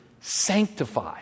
sanctify